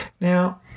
Now